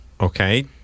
Okay